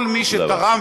תודה רבה,